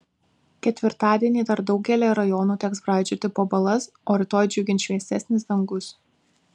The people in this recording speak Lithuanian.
ketvirtadienį dar daugelyje rajonų teks braidžioti po balas o rytoj džiugins šviesesnis dangus